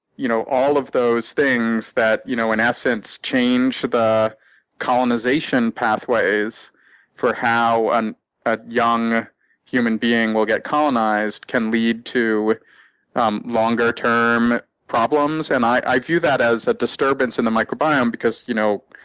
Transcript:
you know all of those things that, you know in essence, change the colonization pathways for how and a young human being will get colonized can lead to um longer-term problems. and i view that as a disturbance in the microbiome because you know